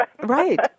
Right